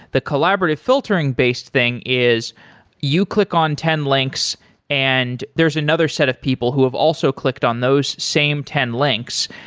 the collaborative filtering based thing is you click on ten links and there's another set of people who have also clicked on those same ten links.